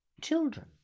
children